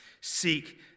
seek